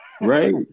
Right